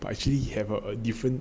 but actually have a different